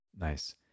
Nice